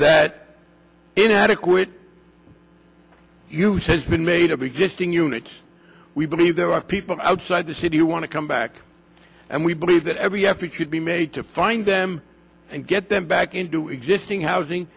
that inadequate use has been made of existing units we believe there are people outside the city who want to come back and we believe that every effort should be made to find them and get them back into existing housing